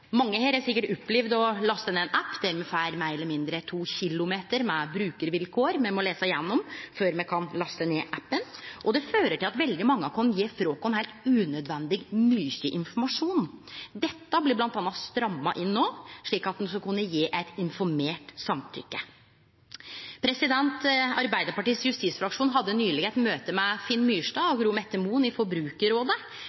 Mange her har sikkert opplevd å laste ned ein app med meir eller mindre to kilometer med brukarvilkår me må lese gjennom før me kan laste ned appen, og det fører til at veldig mange av oss gjev frå oss heilt unødvendig mykje informasjon. Dette blir blant anna stramma inn no, slik at ein skal kunne gje eit informert samtykke. Arbeidarpartiets justisfraksjon hadde nyleg eit møte med Finn Myrstad